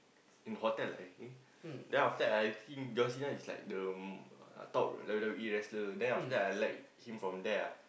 in hotel right I think then after that I think John-Cena is like the uh top W_W_E wrestler then after I like him from there ah